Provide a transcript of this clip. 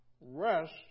rest